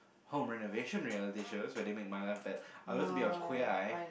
home renovation reality show where they make my life bad I want to be on queer eye